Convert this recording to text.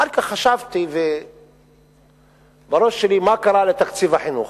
אחר כך חשבתי בראש שלי מה קרה לתקציב החינוך,